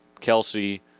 Kelsey